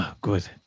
Good